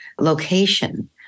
location